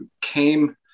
came